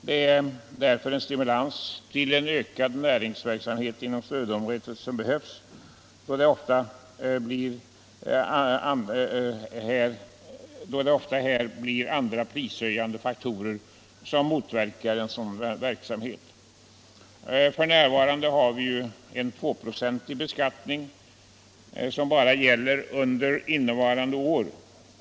Det är därför en stimulans till ökad näringsverksamhet inom stödområdet behövs, då det ofta här blir andra prishöjande faktorer som motverkar en sådan verksamhet. F. n. har vi ju en 2-procentig beskattning, som bara gäller under innevarande år.